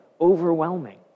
overwhelming